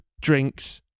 drinks